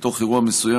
מתוך אירוע מסוים,